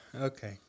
Okay